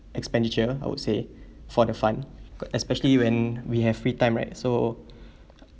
expenditure I would say for the fun especially when we have free time right so